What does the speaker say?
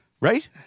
Right